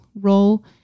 role